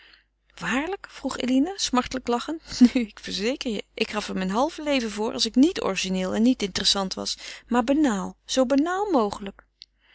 waarlijk vroeg eline smartelijk lachend nu ik verzeker je ik gaf er mijn halve leven voor als ik niet origineel en niet interessant was maar banaal zoo banaal mogelijk